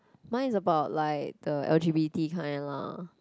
mine about like the L_G_B_T kind lah